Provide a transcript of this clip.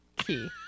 key